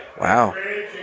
Wow